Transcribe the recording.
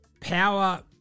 power